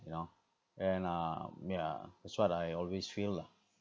you know and um yeah that's what I always feel lah